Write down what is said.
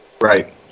Right